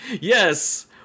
Yes